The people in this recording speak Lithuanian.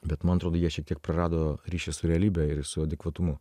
bet man atrodo jie šiek tiek prarado ryšį su realybe ir su adekvatumu